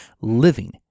living